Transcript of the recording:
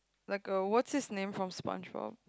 like a what's his name from SpongeBob